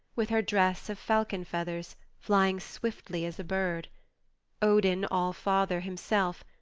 with her dress of falcon feathers, flying swiftly as a bird odin all-father himself,